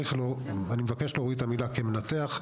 אני מבקש להוריד את המילה "כמנתח",